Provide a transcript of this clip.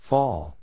Fall